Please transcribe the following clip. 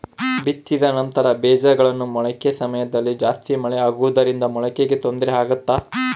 ಬಿತ್ತಿದ ನಂತರ ಬೇಜಗಳ ಮೊಳಕೆ ಸಮಯದಲ್ಲಿ ಜಾಸ್ತಿ ಮಳೆ ಆಗುವುದರಿಂದ ಮೊಳಕೆಗೆ ತೊಂದರೆ ಆಗುತ್ತಾ?